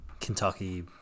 Kentucky